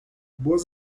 boas